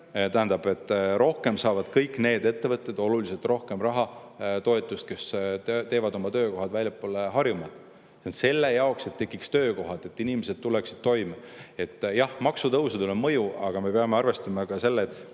meede. Rohkem saavad kõik need ettevõtted – oluliselt rohkem raha ja toetust –, kes teevad oma töökohad väljaspool Harjumaad selle jaoks, et tekiks töökohad ja inimesed tuleksid toime. Jah, maksutõusudel on mõju, aga me peame arvestama ka sellega,